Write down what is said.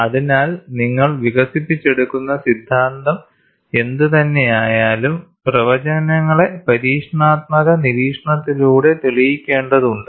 അതിനാൽ നിങ്ങൾ വികസിപ്പിച്ചെടുക്കുന്ന സിദ്ധാന്തം എന്തുതന്നെയായാലും പ്രവചനങ്ങളെ പരീക്ഷണാത്മക നിരീക്ഷണത്തിലൂടെ തെളിയിക്കേണ്ടതുണ്ട്